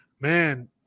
Man